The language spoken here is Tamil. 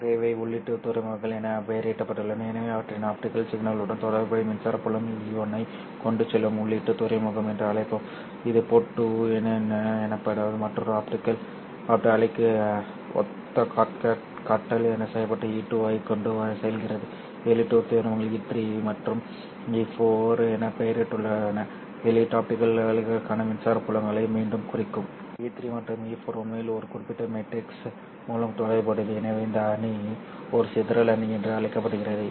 பாரம்பரியமாக இவை உள்ளீட்டு துறைமுகங்கள் என பெயரிடப்பட்டுள்ளன எனவே அவற்றை ஆப்டிகல் சிக்னலுடன் தொடர்புடைய மின்சார புலம் E1 ஐ கொண்டு செல்லும் உள்ளீட்டு துறைமுகம் என்று அழைப்போம் இது போர்ட் 2 என்பது மற்றொரு ஆப்டிகல் அலைக்கு ஒத்த தாக்கல் செய்யப்பட்ட E2 ஐ கொண்டு செல்கிறது வெளியீட்டு துறைமுகங்கள் E3 மற்றும் E4 என பெயரிடப்பட்டுள்ளன வெளியீட்டு ஆப்டிகல் அலைகளுக்கான மின்சார புலங்களை மீண்டும் குறிக்கும் இந்த E3 மற்றும் E4 உண்மையில் ஒரு குறிப்பிட்ட மேட்ரிக்ஸ் மூலம் தொடர்புடையது எனவே இந்த அணி ஒரு சிதறல் அணி என்று அழைக்கப்படுகிறது